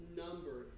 number